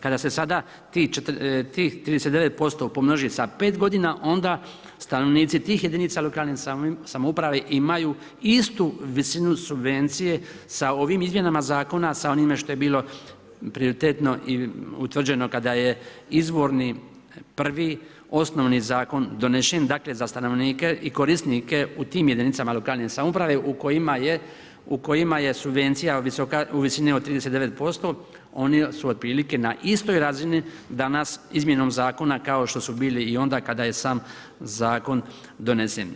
Kada se sada tih 39% pomnoži sa 5 godina, onda stanovnici tih jedinica lokalne samouprave imaju istu visinu subvencije sa ovim izmjenama zakona sa onime što je bilo prioritetno i utvrđeno kada je izvorni, prvi osnovni zakon donesen, dakle za stanovnike i korisnike u tim jedinicama lokalne samouprave u kojima je subvencija u visini od 39%, oni su otprilike na istoj razini danas izmjenom zakona kao što su bili i onda kada je sam zakon donesen.